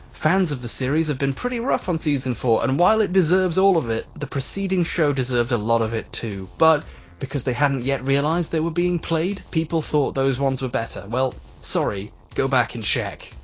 fans of the series have been pretty rough on season four and while it deserves all of it, the preceding show deserved a lot of it too. but because they hadn't yet realised they were being played, people thought those ones were better. well, sorry go back and check.